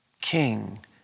king